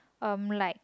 um like